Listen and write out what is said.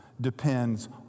depends